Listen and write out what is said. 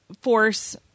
force